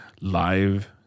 live